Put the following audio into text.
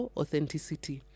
authenticity